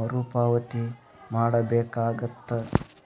ಮರುಪಾವತಿ ಮಾಡಬೇಕಾಗತ್ತ